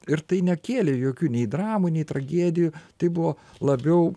ir tai nekėlė jokių nei dramų nei tragedijų tai buvo labiau